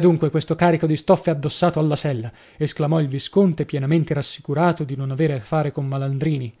dunque codesto carico di stoffe addossato alla sella esclamò il visconte pienamente rassicurato di non avere a fare con malandrini